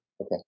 Okay